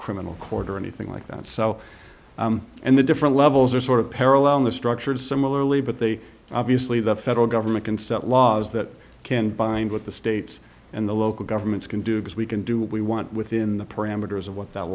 criminal court or anything like that so and the different levels are sort of parallel in the structured similarly but they obviously the federal government can set laws that can bind with the states and the local governments can do because we can do what we want within the parameters of what th